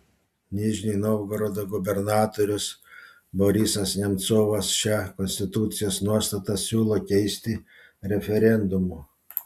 nižnij novgorodo gubernatorius borisas nemcovas šią konstitucijos nuostatą siūlo keisti referendumu